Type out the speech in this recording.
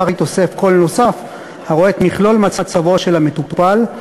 בכך יתווסף קול נוסף הרואה את מכלול מצבו של המטופל,